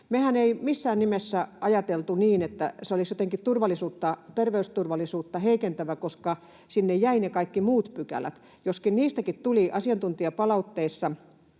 Mehän emme missään nimessä ajatelleet niin, että se olisi jotenkin turvallisuutta, ter-veysturvallisuutta heikentävä, koska sinne jäivät ne kaikki muut pykälät, joskin niistäkin tuli asiantuntijapalautteissa